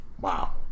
wow